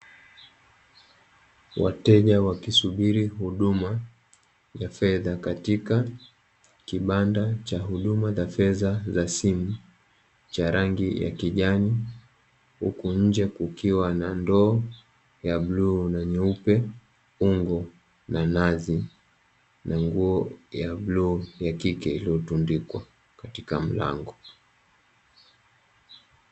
Wateja wakisubiri huduma za fedha katika kibanda cha huduma za fedha za simu cha rangi ya kijani huku nje kukiwa na ndoo ya bluu na nyeupe, ungo na nazi na nguo ya bluu ya kike iliyotundikwa katika mlango.